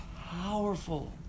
powerful